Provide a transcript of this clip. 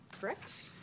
Correct